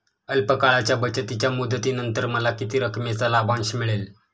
अल्प काळाच्या बचतीच्या मुदतीनंतर मला किती रकमेचा लाभांश मिळेल?